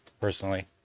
personally